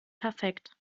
perfekt